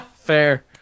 fair